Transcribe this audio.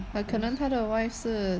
but 可能他的 wife 是